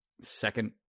second—